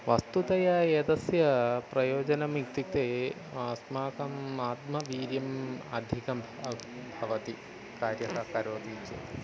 वस्तुतः एतस्य प्रयोजनम् इत्युक्ते अस्माकम् आत्मवीर्यम् अधिकं भवति भवति कार्यं करोमि चेत्